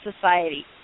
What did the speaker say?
society